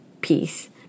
peace